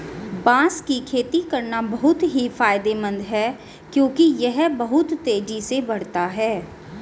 बांस की खेती करना बहुत ही फायदेमंद है क्योंकि यह बहुत तेजी से बढ़ता है